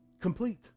complete